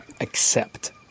accept